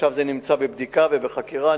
עכשיו זה נמצא בבדיקה ובחקירה.